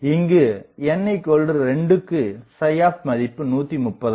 இங்கு n2 க்கு opt மதிப்பு 130 ஆகும்